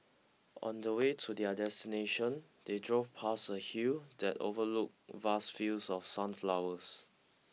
on the way to their destination they drove past a hill that overlooked vast fields of sunflowers